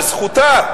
וזכותה,